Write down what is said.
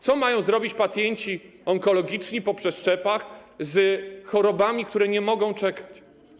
Co mają zrobić pacjenci onkologiczni, po przeszczepach, z chorobami, którzy nie mogą czekać?